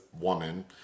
woman